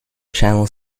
channel